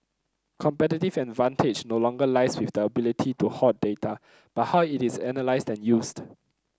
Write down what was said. competitive advantage no longer lies with the ability to hoard data but how it is analysed and used